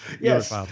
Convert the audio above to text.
Yes